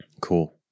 Cool